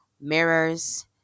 Mirrors